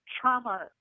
trauma